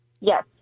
Yes